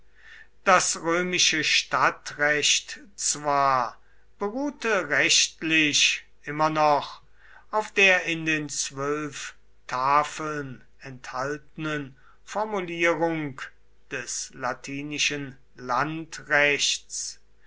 das römische stadtrecht zwar beruhte rechtlich immer noch auf der in den zwölf tafeln enthaltenen formulierung des latinischen